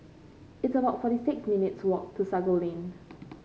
it's about forty six minutes' walk to Sago Lane